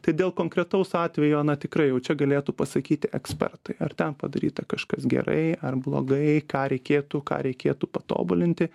tai dėl konkretaus atvejo na tikrai jau čia galėtų pasakyti ekspertai ar ten padaryta kažkas gerai ar blogai ką reikėtų ką reikėtų patobulinti